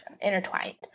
intertwined